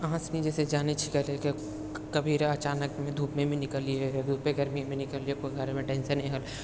अहाँ सुनी जे छै जानय छिकै कि कभी अचानक धूप मे भी निकलियै धूपे गरमी मे निकलियै टेंशन